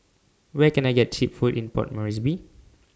Where Can I get Cheap Food in Port Moresby